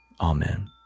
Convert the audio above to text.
Amen